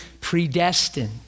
Predestined